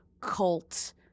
cult